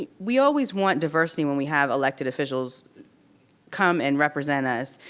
ah we always want diversity when we have elected officials come and represent us.